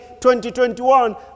2021